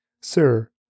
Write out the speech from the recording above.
Sir